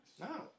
No